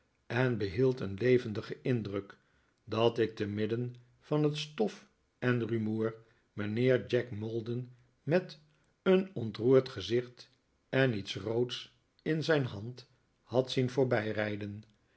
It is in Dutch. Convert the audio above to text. en behield een levendigen indruk dat ik temidden van het stof en rumoer mijnheer jack maldon met een ontrberd gezicht en iets roods in zijn hand had zien